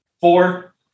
four